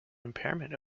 impairment